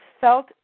felt